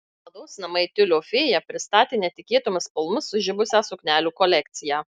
mados namai tiulio fėja pristatė netikėtomis spalvomis sužibusią suknelių kolekciją